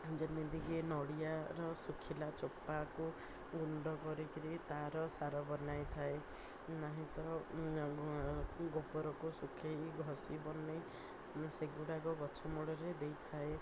ଯେମିତିକି ନଡ଼ିଆର ଶୁଖିଲା ଚୋପାକୁ ଗୁଣ୍ଡ କରିକିରି ତା'ର ସାର ବନାଇ ଥାଏ ନାହିଁ ତ ଗୋବରକୁ ଶୁଖାଇ ଘଷି ବନାଇ ମୁଁ ସେଗୁଡ଼ାକ ଗଛ ମୁଳରେ ଦେଇଥାଏ